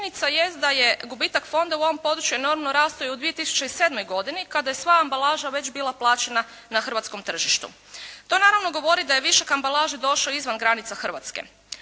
jest da je gubitak fonda u ovom području enormno rastao i u 2007. godini kada je sva ambalaža već bila plaćena na hrvatskom tržištu. To naravno govori da je višak ambalaže došao izvan granica Hrvatske.